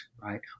right